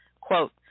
Quote